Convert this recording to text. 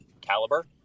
caliber